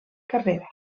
carrera